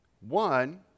one